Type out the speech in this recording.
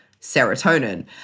serotonin